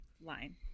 line